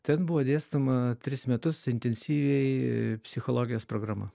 ten buvo dėstoma tris metus intensyviai psichologijos programa